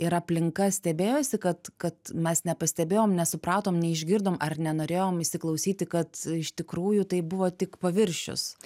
ir aplinka stebėjosi kad kad mes nepastebėjom nesupratom neišgirdom ar nenorėjom įsiklausyti kad iš tikrųjų tai buvo tik paviršius